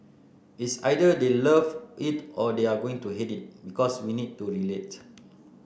it's either they'll love it or they are going to hate it because we need to relate